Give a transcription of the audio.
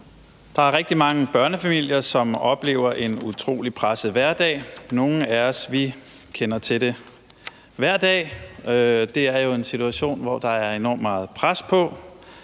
Der er rigtig mange børnefamilier, som oplever en utrolig presset hverdag, og nogle af os kender til det hver dag. Det er jo en situation, hvor der er enormt meget pres på: